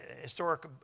historic